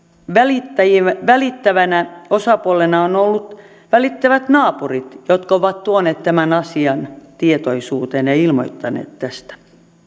välittävänä osapuolena on ollut välittävät naapurit jotka ovat tuoneet tämän asian tietoisuuteen ja ilmoittaneet tästä